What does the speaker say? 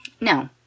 no